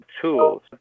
tools